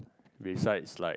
besides like